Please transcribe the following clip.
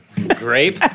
Grape